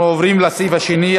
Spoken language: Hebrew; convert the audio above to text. התשע"ז 2016,